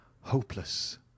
hopeless